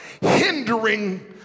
hindering